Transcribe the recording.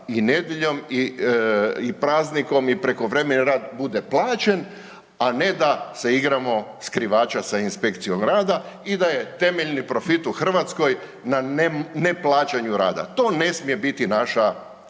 i nedjeljom i praznikom i prekovremeni rad bude plaćen a ne da se igramo skrivača sa inspekcijom rada i da je temeljni profit u Hrvatskoj na neplaćanju rada. To ne smije biti naša